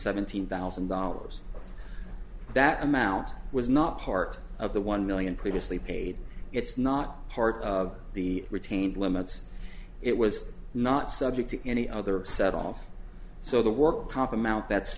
seventeen thousand dollars that amount was not part of the one million previously paid it's not part of the retained limits it was not subject to any other set off so the work comp amount that's